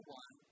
one